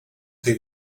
tej